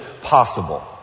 possible